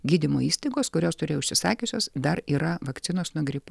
gydymo įstaigos kurios turėjo užsisakiusios dar yra vakcinos nuo gripo